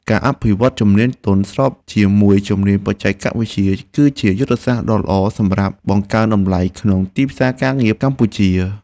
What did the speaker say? ការអភិវឌ្ឍជំនាញទន់ស្របជាមួយជំនាញបច្ចេកវិទ្យា គឺជាយុទ្ធសាស្ត្រដ៏ល្អសម្រាប់បង្កើនតម្លៃខ្លួនក្នុងទីផ្សារការងារកម្ពុជា។